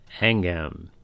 hangam